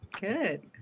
Good